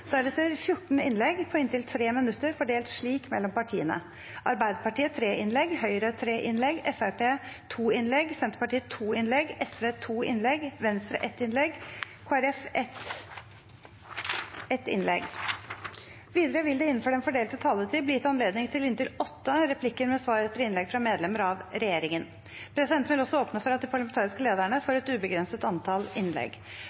deretter 14 innlegg på inntil 3 minutter fordelt slik mellom partiene: Arbeiderpartiet tre innlegg, Høyre tre innlegg, Fremskrittspartiet to innlegg, Senterpartiet to innlegg, Sosialistisk Venstreparti to innlegg, Venstre ett innlegg, Kristelig Folkeparti ett innlegg. Videre vil det – innenfor den fordelte taletid – bli gitt anledning til inntil åtte replikker med svar etter innlegg fra medlemmer av regjeringen. Presidenten vil også åpne for at de parlamentariske lederne får et ubegrenset antall innlegg.